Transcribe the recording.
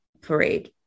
parade